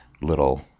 little